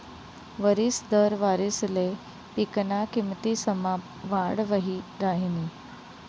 वरिस दर वारिसले पिकना किमतीसमा वाढ वही राहिनी